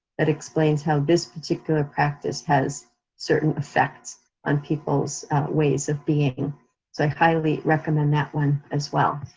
that explains how this particular practice has certain effects on people's ways of being. so i highly recommend that one as well.